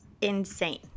insane